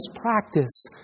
practice